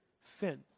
sin